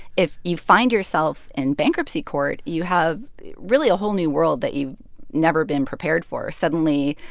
if you find yourself in bankruptcy court, you have really a whole new world that you've never been prepared for. suddenly,